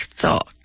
thought